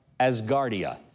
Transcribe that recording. Asgardia